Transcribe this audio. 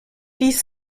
dies